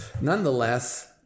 nonetheless